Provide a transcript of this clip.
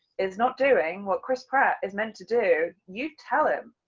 is not doing, what chris pratt is meant to do, you tell him.